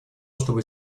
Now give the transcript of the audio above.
чтобы